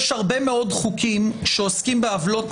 יש הרבה מאוד חוקים שעוסקים בעוולות